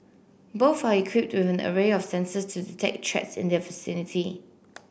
both are equipped an array of sensors to detect threats in their vicinity